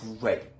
great